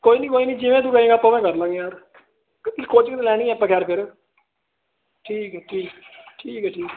ਕੋਈ ਨਹੀਂ ਕੋਈ ਨਹੀਂ ਜਿਵੇਂ ਤੂੰ ਕਹੇਗਾ ਆਪਾਂ ਉਵੇਂ ਕਰ ਲਵਾਂਗੇ ਯਾਰ ਕ ਕੀ ਕੋਚਿੰਗ ਲੈਣੀ ਆ ਆਪਾਂ ਖੈਰ ਫਿਰ ਠੀਕ ਠੀਕ ਠੀਕ ਹੈ ਠੀਕ